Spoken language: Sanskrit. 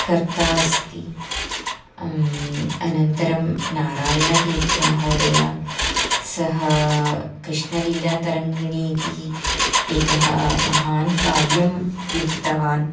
कर्ता अस्ति अनन्तरं नारायणतीर्थमहोदय सः कृष्णलीला तरङ्गिणी इति एकः महाकाव्यं लिखितवान्